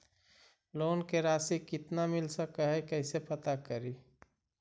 Loan के रासि कितना मिल सक है कैसे पता करी?